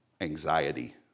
anxiety